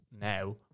now